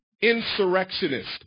insurrectionist